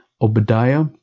Obadiah